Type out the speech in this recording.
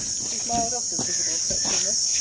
she smiled off the visible fretfulness,